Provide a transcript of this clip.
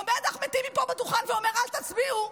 עומד אחמד טיבי פה בדוכן ואומר: אל תצביעו,